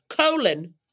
colon